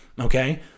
Okay